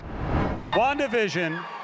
WandaVision